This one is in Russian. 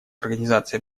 организации